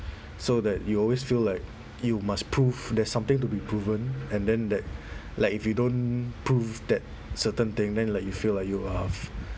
so that you always feel like you must prove there's something to be proven and then that like if you don't prove that certain thing then like you feel like you are